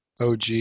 OG